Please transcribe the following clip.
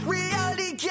Reality